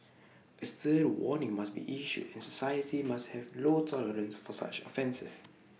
A stern warning must be issued and society must have low tolerance for such offences